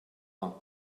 vingt